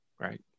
Right